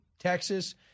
Texas